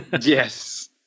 yes